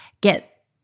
get